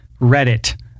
Reddit